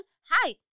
Hi